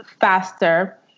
faster